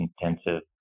intensive